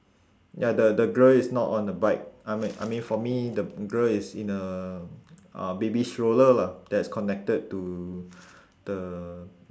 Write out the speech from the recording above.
ya the the girl is not on the bike I me~ I mean for me the girl is in a uh baby stroller lah that's connected to the